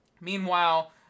Meanwhile